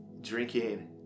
drinking